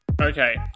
Okay